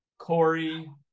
Corey